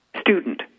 student